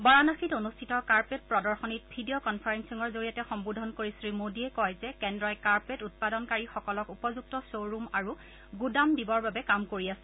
বাৰানসীত অনুষ্ঠিত কাৰ্পেট প্ৰদশনীত ভিডিঅ কনফাৰেলিঙৰ জৰিয়তে সম্বোধন কৰি শ্ৰী মোদীয়ে কয় যে কেন্দ্ৰই কাৰ্পেট উৎপাদনকাৰীসকলক উপযুক্ত শ্বৰুম আৰু গুদাম দিবৰ বাবে কাম কৰি আছে